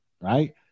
right